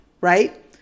right